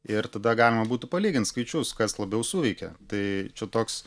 ir tada galima būtų palygint skaičius kas labiau suveikia tai čia toks